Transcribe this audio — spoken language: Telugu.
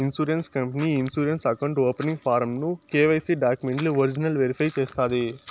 ఇన్సూరెన్స్ కంపనీ ఈ ఇన్సూరెన్స్ అకౌంటు ఓపనింగ్ ఫారమ్ ను కెవైసీ డాక్యుమెంట్లు ఒరిజినల్ వెరిఫై చేస్తాది